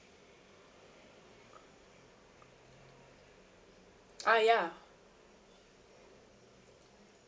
ah ya